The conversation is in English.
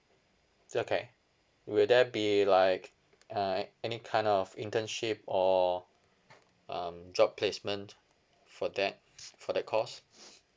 okay will there be like err any kind of internship or um job placement for that for that course